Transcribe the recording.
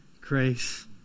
grace